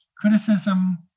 criticism